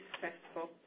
successful